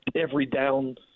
every-down